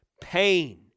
pain